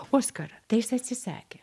oskarą tai jis atsisakė